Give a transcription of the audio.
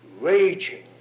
raging